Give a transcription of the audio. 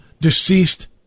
deceased